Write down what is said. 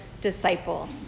disciple